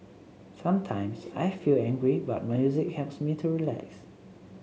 sometimes I feel angry but music helps me to relax